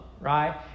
right